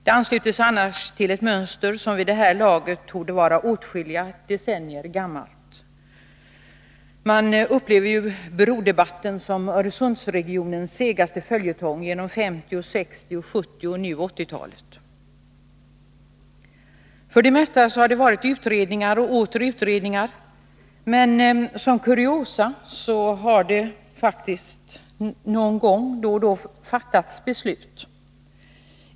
Det ansluter sig till ett mönster som vid det här laget torde vara åtskilliga decennier gammalt. Brodebatten upplevs som Öresundsregionens segaste följetong, genom 1950-, 1960-, 1970 och nu 1980-talet. För det mesta har det varit utredningar och åter utredningar. Som kuriosa har det faktiskt någon gång då och då fattats beslut.